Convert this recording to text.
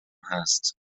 هست